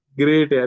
great